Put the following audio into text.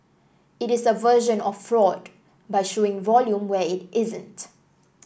it is a version of fraud by showing volume where it isn't